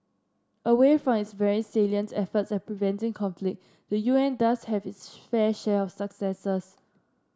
away from its very salient efforts at preventing conflict the U N does have its fair share of successes